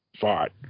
fought